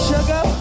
Sugar